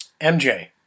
MJ